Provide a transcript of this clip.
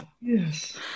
yes